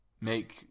make